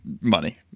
Money